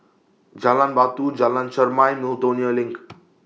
Jalan Batu Jalan Chermai and Miltonia LINK